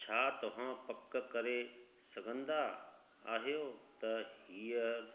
छा तव्हां पक करे सघंदा आहियो त हीअ